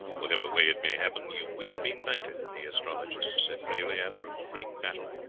whatever way it may happen, you will be knighted, the astrologist said gravely, after a great battle,